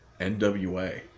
NWA